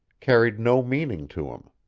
carried no meaning to him.